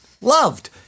loved